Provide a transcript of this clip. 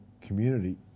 community